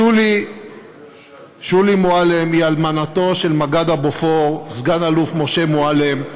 שולי מועלם היא אלמנתו של מג"ד הבופור סגן אלוף משה מועלם,